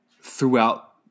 throughout